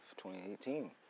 2018